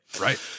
Right